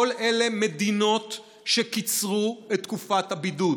כל אלה מדינות שקיצרו את תקופת הבידוד.